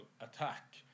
attack